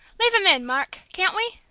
leave him in, mark, can't we?